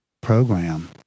program